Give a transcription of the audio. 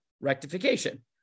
rectification